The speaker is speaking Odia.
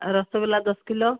ରସଗୋଲା ଦଶ କିଲୋ